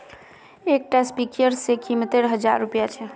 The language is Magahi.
एक टा स्पीयर रे कीमत त हजार रुपया छे